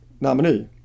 nominee